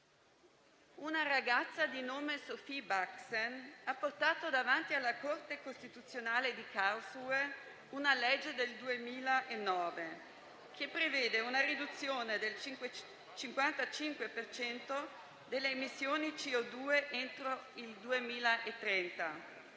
una ragazza di nome Sophie Baxen ha portato davanti alla Corte Costituzionale di Karlsruhe una legge del 2009 che prevede una riduzione del 55 per cento delle emissioni di CO2 entro il 2030.